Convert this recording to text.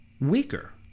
weaker